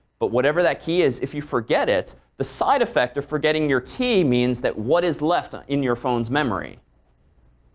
but whatever that key is, if you forget it, the side effect of forgetting your key means that what is left ah in your phone's memory?